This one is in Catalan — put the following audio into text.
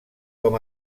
com